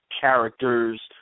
characters